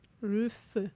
Roof